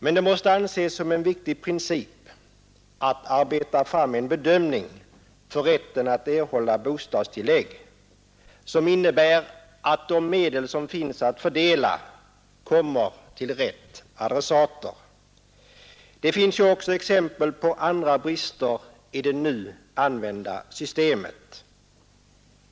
Men det måste anses som en viktig angelägenhet att arbeta fram en metod för bedömning av rätten att erhålla bostadstillägg, som innebär att de medel som finns att fördela kommer till rätta adressater. Vi har också exempel på andra brister i det nu använda systemet.